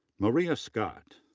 maria scott,